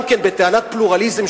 גם כן בטענת פלורליזם,